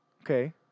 Okay